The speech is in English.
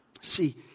See